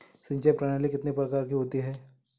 सिंचाई प्रणाली कितने प्रकार की होती हैं?